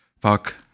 Fuck